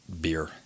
beer